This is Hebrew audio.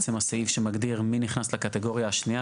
בעצם הסעיף שמגדיר מי נכנס לקטגוריה השנייה,